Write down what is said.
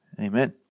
amen